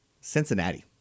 cincinnati